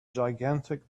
gigantic